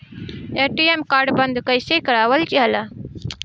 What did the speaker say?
ATM card बन्द कईसे करावल जाला?